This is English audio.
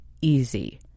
Easy